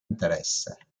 interesse